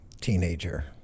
teenager